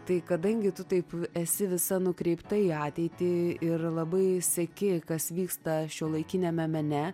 tai kadangi tu taip esi visa nukreipta į ateitį ir labai seki kas vyksta šiuolaikiniame mene